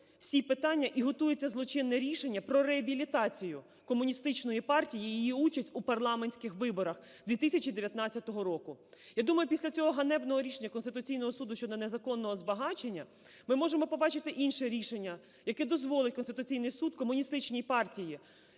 всі питання і готується злочинне рішення про реабілітацію Комуністичної партії і її участь у парламентських виборах 2019 року? Я думаю, після цього ганебного рішення Конституційного Суду щодо незаконного збагачення, ми можемо побачити інше рішення, яке дозволить, Конституційний Суд, Комуністичній партії,